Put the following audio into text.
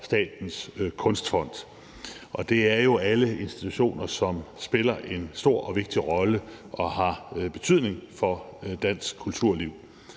Statens Kunstfond. Og det er jo alle institutioner, som spiller en stor og vigtig rolle og har betydning for dansk kulturliv.